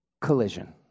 collision